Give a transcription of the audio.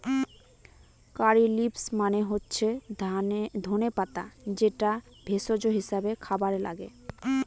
কারী leaves মানে হচ্ছে ধনে পাতা যেটা ভেষজ হিসাবে খাবারে লাগে